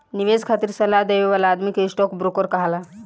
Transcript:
निवेश खातिर सलाह देवे वाला आदमी के स्टॉक ब्रोकर कहाला